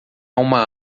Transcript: uma